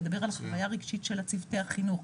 לדבר על חוויה רגשית של צוותי החינוך,